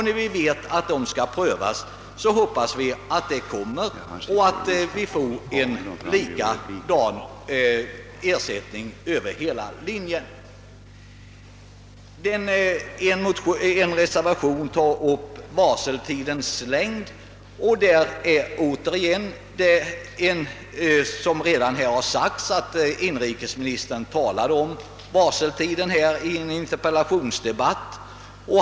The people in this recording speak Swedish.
När vi nu vet att detta skall prövas, hoppas vi på lika ersättning över hela linjen. En reservation tar upp varseltidens längd och såsom redan har sagts, har inrikesministern talat om detta i en interpellationsdebatt.